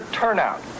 turnout